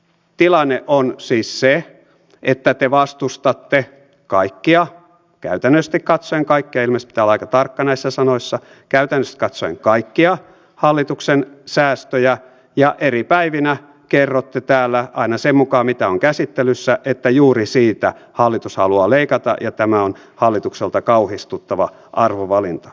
tilanne on siis se että te vastustatte kaikkia käytännöllisesti katsoen kaikkia ilmeisesti pitää olla aika tarkka näissä sanoissa hallituksen säästöjä ja eri päivinä kerrotte täällä aina sen mukaan mitä on käsittelyssä että juuri siitä hallitus haluaa leikata ja tämä on hallitukselta kauhistuttava arvovalinta